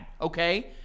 Okay